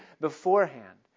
beforehand